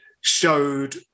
showed